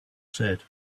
said